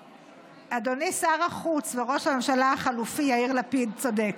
אדוני שר החוץ וראש הממשלה החלופי יאיר לפיד צודק.